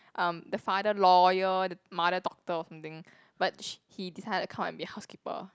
um the father lawyer the mother doctor or something but sh~ he decided to come and be housekeeper